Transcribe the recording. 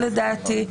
לדעתי,